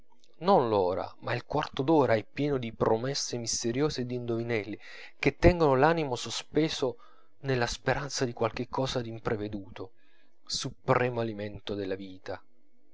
non l'ora ma il quarto d'ora è pieno di promesse misteriose e d'indovinelli che tengono l'animo sospeso nella speranza di qualche cosa d'impreveduto supremo alimento della vita